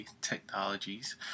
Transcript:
Technologies